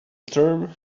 term